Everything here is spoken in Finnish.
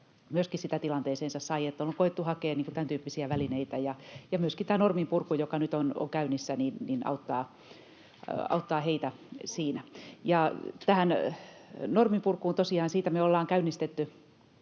myöskin sitä tilanteeseensa sai. On koetettu hakea tämäntyyppisiä välineitä, ja myöskin tämä norminpurku, joka nyt on käynnissä, auttaa heitä siinä. Ja tähän norminpurkuun tosiaan: Me ollaan käynnistetty